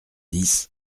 dix